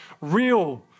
real